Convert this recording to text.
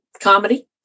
comedy